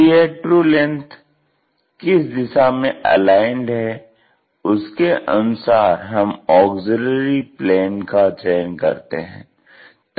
तो यह true length किस दिशा में अलाइंड है उसके अनुसार हम ऑग्ज़िल्यरी प्लेन का चयन करते हैं